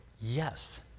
Yes